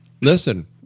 listen